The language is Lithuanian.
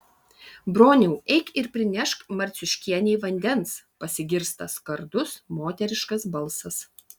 broniau eik ir prinešk marciuškienei vandens pasigirsta skardus moteriškas balsas